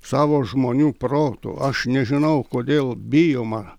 savo žmonių protu aš nežinau kodėl bijoma